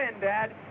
Dad